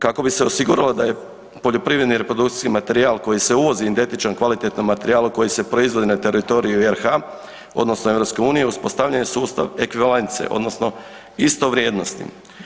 Kako bi se osiguralo da je poljoprivredni reprodukcijski materijal koji se uvozi identičan kvalitetnom materijalu koji se proizvodi na teritoriju RH odnosno EU uspostavljen je sustav ekvivalence odnosno istovrijednosti.